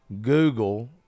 Google